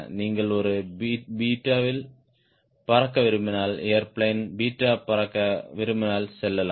நீங்கள் ஒரு 𝛽 இல் பறக்க விரும்பினால் ஏர்பிளேன் 𝛽 பறக்க விரும்பினால் சொல்லலாம்